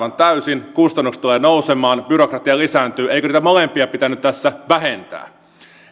aivan täysin kustannukset tulevat nousemaan byrokratia lisääntyy eikö niitä molempia pitänyt tässä vähentää